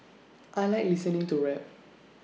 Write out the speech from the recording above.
I Like listening to rap